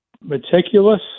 meticulous